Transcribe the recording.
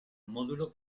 módulo